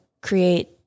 create